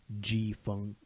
G-Funk